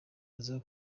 aza